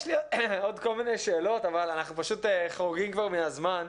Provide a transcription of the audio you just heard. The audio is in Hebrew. יש לי עוד כל מיני שאלות אבל אנחנו פשוט חורגים כבר מהזמן.